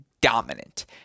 dominant